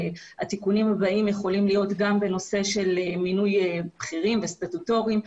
והתיקונים הבאים יכולים להיות גם בנושא של מינוי בכירים וסטטוטוריים,